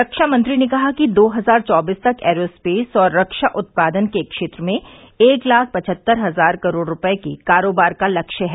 रक्षामंत्री ने कहा कि दो हजार चौबीस तक ऐरोस्पेस और रक्षा उत्पादन के क्षेत्र में एक लाख पचहत्तर हजार करोड़ रुपये का करोबार का लक्ष्य है